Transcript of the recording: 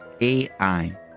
AI